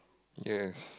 yes